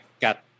got